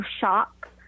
shock